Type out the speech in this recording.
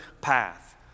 path